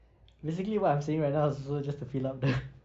basically what I'm saying right now is also just to fill up the